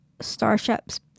starships